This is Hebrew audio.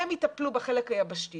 הן יטפלו בחלק היבשתי